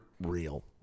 real